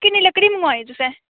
किन्नी लकड़ी मंगोआई तुसें